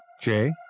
Jay